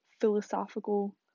philosophical